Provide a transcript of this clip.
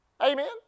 Amen